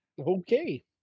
Okay